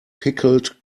pickled